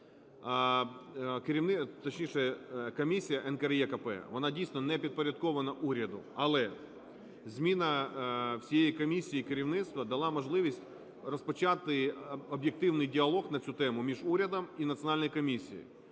до мереж. Комісія НКРЕКП вона дійсно не підпорядкована уряду, але зміна всієї комісії, керівництва дала можливість розпочати об'єктивний діалог на цю тему між урядом і Національною комісію.